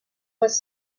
was